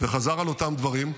וחזר על אותם הדברים.